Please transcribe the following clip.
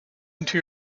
into